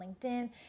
linkedin